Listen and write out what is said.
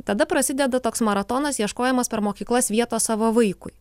tada prasideda toks maratonas ieškojimas per mokyklas vietos savo vaikui